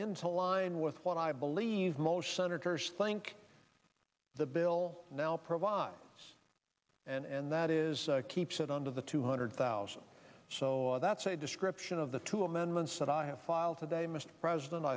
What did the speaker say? into line with what i believe most senators think the bill now provides and that is keep it under the two hundred thousand so that's a description of the two amendments that i have filed today mr president